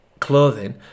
clothing